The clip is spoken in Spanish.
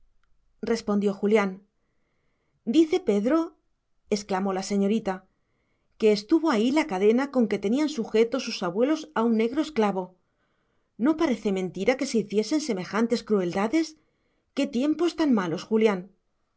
sé respondió julián dice pedro explicó la señorita que estuvo ahí la cadena con que tenían sujeto sus abuelos a un negro esclavo no parece mentira que se hiciesen semejantes crueldades qué tiempos tan malos julián